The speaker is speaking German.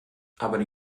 aber